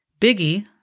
Biggie